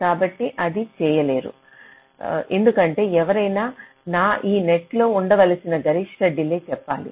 కాబట్టి ఇది ఉంటే గాని దీనిని మీరు సరిగ్గా చేయలేరు ఎందుకంటే ఎవరైనా నా ఈ నెట్ లో ఉండవలసిన గరిష్ట డిలే చెప్పాలి